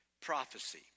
prophecy